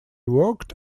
worked